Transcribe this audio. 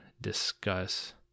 discuss